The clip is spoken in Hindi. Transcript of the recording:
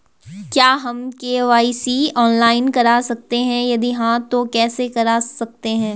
क्या हम के.वाई.सी ऑनलाइन करा सकते हैं यदि हाँ तो कैसे करा सकते हैं?